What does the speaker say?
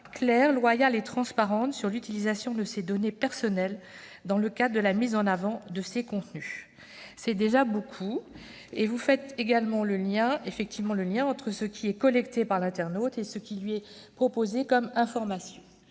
claire, loyale et transparente sur l'utilisation de ses données personnelles dans le cadre de la mise en avant de ces contenus ». C'est déjà beaucoup, car vous faites effectivement le lien entre l'information collectée sur l'internaute et celle qui lui est proposée. Mais